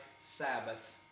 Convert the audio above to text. sabbath